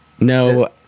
No